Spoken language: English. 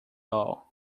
all